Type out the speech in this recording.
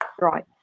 Right